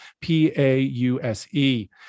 P-A-U-S-E